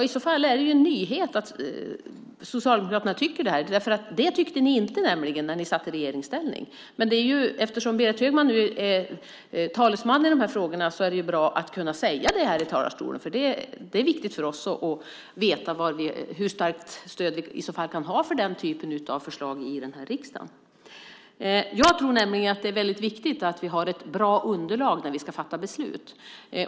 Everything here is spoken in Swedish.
I så fall är det en nyhet att Socialdemokraterna tycker så. Det tyckte de nämligen inte när de var i regeringsställning. Men eftersom Berit Högman nu är talesman i dessa frågor vore det bra om hon kunde säga det från talarstolen. Det är viktigt för oss att veta hur starkt stöd vi i så fall kan ha för den typen av förslag i riksdagen. Jag tror att det är viktigt att ha ett bra underlag när vi ska fatta beslut.